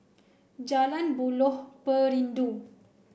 Jalan Buloh Perindu